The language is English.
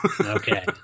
Okay